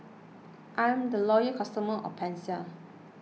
I'm a loyal customer of Pansy